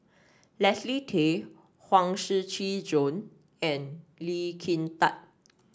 Leslie Tay Huang Shiqi Joan and Lee Kin Tat